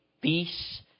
peace